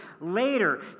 Later